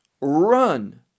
run